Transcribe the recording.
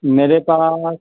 میرے پاس